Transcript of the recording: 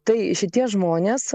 tai šitie žmonės